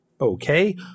Okay